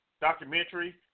documentary